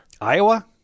Iowa